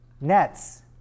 nets